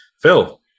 Phil